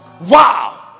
Wow